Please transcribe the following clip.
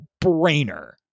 brainer